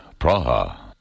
Praha